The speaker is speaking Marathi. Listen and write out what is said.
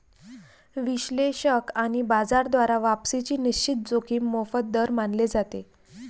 विश्लेषक आणि बाजार द्वारा वापसीची निश्चित जोखीम मोफत दर मानले जाते